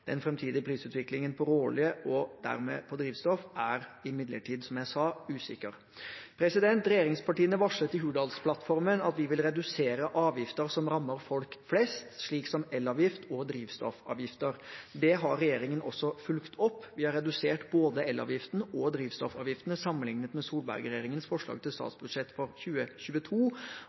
Den framtidige prisutviklingen på råolje, og dermed på drivstoff, er imidlertid, som jeg sa, usikker. Regjeringspartiene varslet i Hurdalsplattformen at vi vil redusere avgifter som rammer folk flest, slik som elavgift og drivstoffavgifter. Det har regjeringen også fulgt opp. Vi har redusert både elavgiften og drivstoffavgiftene sammenliknet med Solberg-regjeringens forslag til statsbudsjett for 2022.